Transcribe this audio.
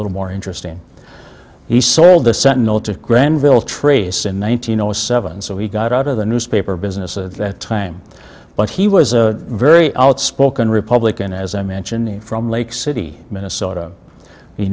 little more interesting he sold the sentinel to granville trace in one thousand no seven so he got out of the newspaper business at that time but he was a very outspoken republican as i mentioned from lake city minnesota he